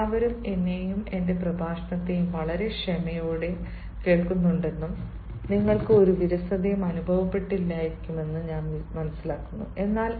നിങ്ങൾ എല്ലാവരും എന്നെയും എന്റെ പ്രഭാഷണങ്ങളെയും വളരെ ക്ഷമയോടെ കേൾക്കുന്നുണ്ടെന്നും നിങ്ങൾക്ക് ഒരു വിരസതയും അനുഭവപ്പെട്ടിരിക്കില്ലെന്നും ഞാൻ മനസ്സിലാക്കുന്നു